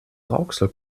rauxel